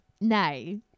No